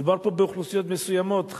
מדובר באוכלוסיות מסוימות,